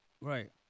Right